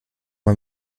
mal